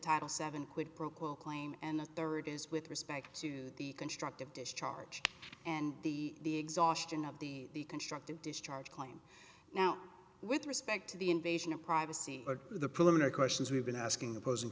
title seven quid pro quo claim and the third is with respect to the constructive dished and the exhaustion of the constructive discharge claim now with respect to the invasion of privacy or the preliminary questions we've been asking opposing